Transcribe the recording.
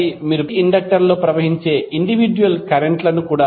మీరు ప్రతి ఇండక్టర్ లో ప్రవహించే ఇండివిడ్యుయల్ కరెంట్ లను కూడాలి